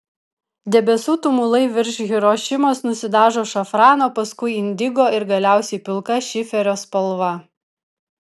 debesų tumulai virš hirošimos nusidažė šafrano paskui indigo ir galiausiai pilka šiferio spalva